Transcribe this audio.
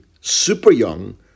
super-young